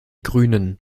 grünen